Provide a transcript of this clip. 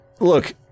Look